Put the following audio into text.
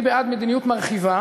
אני בעד מדיניות מרחיבה,